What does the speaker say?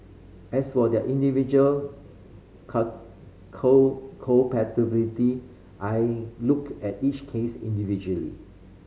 as for their individual culpability I looked at each case individually